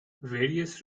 various